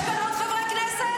יש כאן עוד חברי כנסת?